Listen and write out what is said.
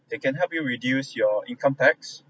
they can help you reduce your income tax